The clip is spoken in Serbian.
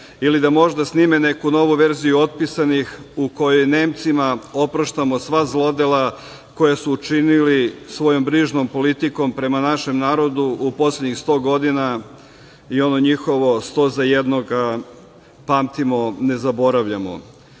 ili da možda snime neku novu verziju „Otpisanih“ u kojoj Nemcima opraštamo sva zlodela koja su činili svojom brižnom politikom prema našem narodu u poslednjih sto godina i ono njihovo: „Sto za jednog“ pamtimo, ne zaboravljamo. Lično,